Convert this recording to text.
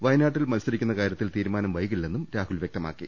വയനാട്ടിൽ മത്സരിക്കുന്ന കാര്യ ത്തിൽ തീരുമാനം വൈകില്ലെന്നും രാഹുൽ വൃക്തമാക്കി